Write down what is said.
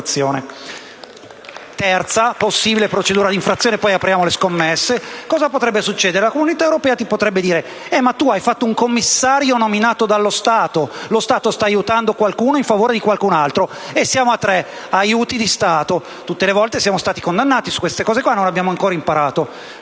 Terza possibile procedura d'infrazione (poi apriamo le scommesse). L'Unione europea potrebbe dire: c'è un commissario nominato dallo Stato, lo Stato sta aiutando qualcuno in favore di qualcun altro. E siamo a tre: aiuti di Stato. Tutte le volte siamo stati condannati su queste cose e non abbiamo ancora imparato.